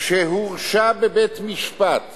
שהורשע בבית-משפט